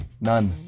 None